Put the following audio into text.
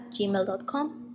gmail.com